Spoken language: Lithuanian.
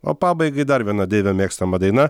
o pabaigai dar viena deivio mėgstama daina